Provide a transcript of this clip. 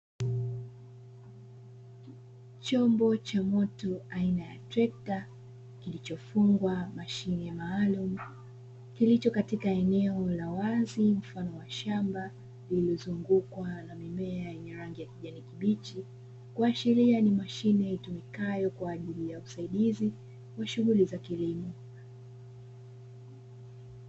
Chombo cha moto aina ya tractor kilichofungwa mashine maalum nilicho katika eneo la mashamba ni mashine tumikayo kwa ajili ya usaidizi kwa shughuli za kilimo.